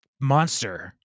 monster